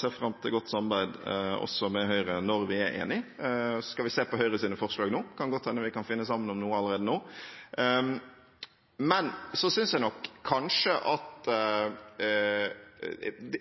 ser fram til godt samarbeid også med Høyre når vi er enige. Så skal vi se på Høyres forslag nå, det kan godt hende vi kan finne sammen om noe allerede nå.